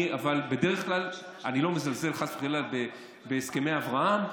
אני לא מזלזל, חס וחלילה, בהסכמי אברהם,